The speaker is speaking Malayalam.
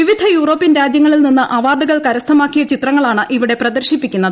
വിവിധ യൂറോപ്യൻ രാജ്യങ്ങളിൽ നിന്ന് അവാർഡുകൾ കരസ്ഥമാക്കിയ ചിത്രങ്ങളാണ് ഇവിടെ പ്രദർശിപ്പിക്കുന്നത്